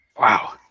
Wow